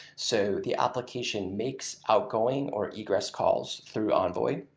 so the application makes outgoing or egress calls through envoy,